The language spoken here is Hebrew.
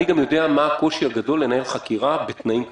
אני גם יודע מה הקושי הגדול לנהל חקירה בתנאים כאלה.